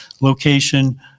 location